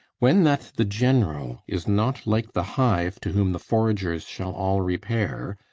when that the general is not like the hive, to whom the foragers shall all repair,